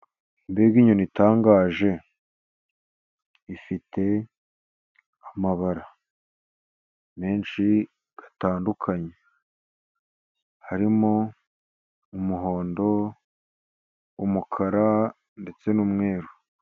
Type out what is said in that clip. Mbega inyoni itangaje! Ifite amabara menshi atandukanye harimo umuhondo, umukara, ndetse n'umweru.